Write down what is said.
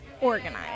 Organized